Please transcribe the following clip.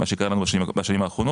מה שקרה בשנים האחרונות,